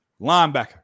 Linebacker